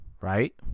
right